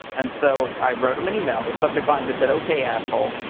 and so i wrote him an email. the subject line just said, ok, asshole.